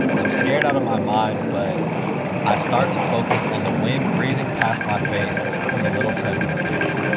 i'm scared out of my mind but i start to focus on the wind breezing past my face from the little treadmill fan.